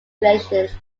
relations